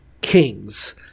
Kings